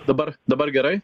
dabar dabar gerai